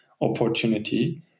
opportunity